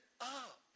up